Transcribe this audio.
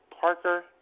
Parker